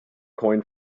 coin